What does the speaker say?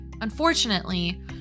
Unfortunately